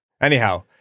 anyhow